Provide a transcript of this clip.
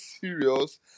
serious